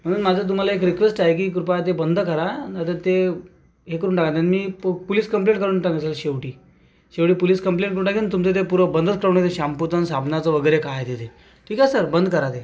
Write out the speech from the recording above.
म्हणून माझी तुम्हाला एक रिक्वेस्ट आहे की कृपया ते बंद करा नाही तर ते हे करून टाका नाही तर मी पो पुलिस कम्पलेट करून टाकील सर शेवटी शेवटी पुलिस कम्पलेट करून टाकेन तुमचं ते पुरं बंदच करून टाकेल ते शॅम्पूचं आणि साबणाचं वगैरे काय आहे ते ठीक आहे सर बंद करा ते